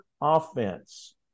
offense